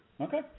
Okay